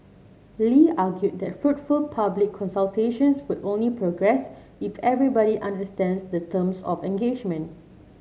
Lee argued that fruitful public consultations would only progress if everybody understands the terms of engagement